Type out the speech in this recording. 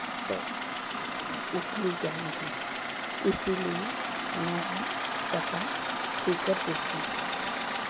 तो वो खुलेगा नहीं इसीलिए मैं हम कपड़ा सिल कर देती हूँ